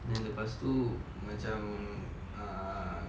then lepas tu macam err